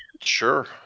Sure